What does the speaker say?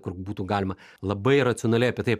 kur būtų galima labai racionaliai apie tai